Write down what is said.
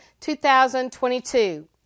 2022